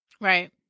Right